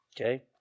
Okay